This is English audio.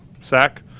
sack